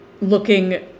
looking